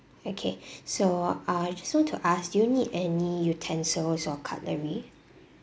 okay so I just want to ask do you need any utensils or cutlery